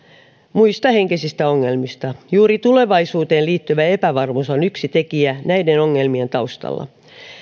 muista henkisistä ongelmista juuri tulevaisuuteen liittyvä epävarmuus on yksi tekijä näiden ongelmien taustalla